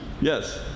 Yes